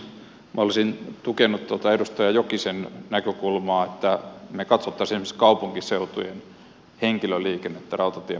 minä olisin tukenut tuota edustaja jokisen näkökulmaa että me katsoisimme esimerkiksi kaupunkiseutujen henkilöliikennettä rautatien puolella